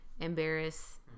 embarrass